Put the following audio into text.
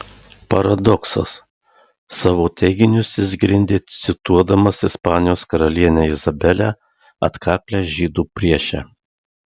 paradoksas savo teiginius jis grindė cituodamas ispanijos karalienę izabelę atkaklią žydų priešę